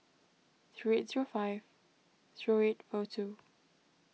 three it's your five zero eight four two